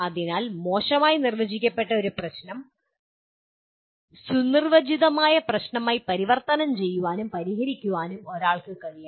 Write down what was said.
അതിനാൽ മോശമായി നിർവചിക്കപ്പെട്ട ഒരു പ്രശ്നം സുനിർവചിതമായ പ്രശ്നമായി പരിവർത്തനം ചെയ്യാനും പരിഹരിക്കാനും ഒരാൾക്ക് കഴിയണം